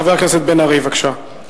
חבר הכנסת מיכאל בן-ארי, בבקשה.